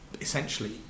essentially